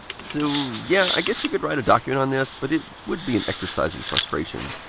so yeah, i guess you could write a document on this, but it would be an exercise in frustration.